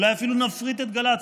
אולי אפילו נפריט את גל"צ,